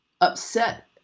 upset